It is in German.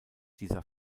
dieser